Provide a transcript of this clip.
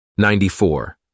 94